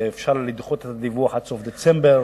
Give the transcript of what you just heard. שאפשר לדחות את הדיווח עד סוף דצמבר